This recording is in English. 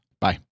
Bye